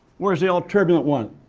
where's the all turbulent one?